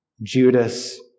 Judas